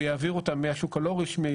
ויעביר אותם מהשוק הלא רשמי,